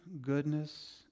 goodness